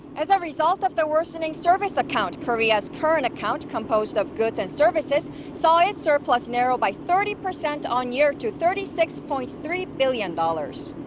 as a result of the worsening service account. korea's current account, composed of goods and services, saw its surplus narrow by thirty percent on-year to thirty six point three billion dollars.